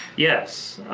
yes.